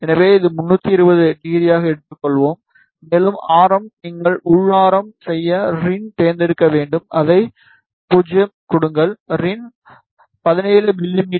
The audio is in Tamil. எனவே இது 320 ஆக எடுத்துக்கொள்வோம் மேலும் ஆரம் நீங்கள் உள் ஆரம் செய்ய ரின் தேர்ந்தெடுக்க வேண்டும் அதை 0 கொடுங்கள் rin 17 மிமீ